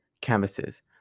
canvases